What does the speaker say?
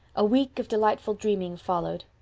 a week of delightful dreaming followed,